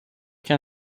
can